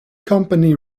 company